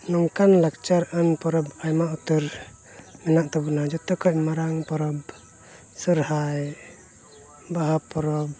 ᱱᱚᱝᱠᱟᱱ ᱞᱟᱠᱪᱟᱨᱟᱱ ᱯᱚᱨᱚᱵᱽ ᱟᱭᱢᱟ ᱩᱛᱟᱹᱨ ᱢᱮᱱᱟᱜ ᱛᱟᱵᱚᱱᱟ ᱡᱚᱛᱚ ᱠᱷᱚᱱ ᱢᱟᱨᱟᱝ ᱯᱚᱨᱚᱵᱽ ᱥᱚᱦᱨᱟᱭ ᱵᱟᱦᱟ ᱯᱚᱨᱚᱵᱽ